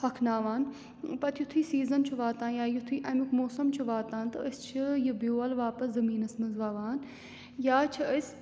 ہۄکھناوان پَتہٕ یُتھُے سیٖزَن چھُ واتان یا یُتھُے اَمیُک موسم چھُ واتان تہٕ أسۍ چھِ یہِ بیول واپَس زٔمیٖنَس منٛز وَوان یا چھِ أسۍ